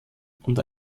und